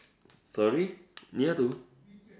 sorry near to